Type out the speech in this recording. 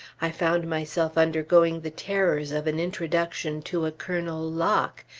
i found myself undergoing the terrors of an introduction to a colonel locke,